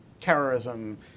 terrorism